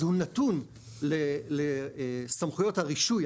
הוא נתון לסמכויות הרישוי,